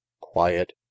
quiet